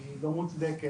היא לא מוצדקת.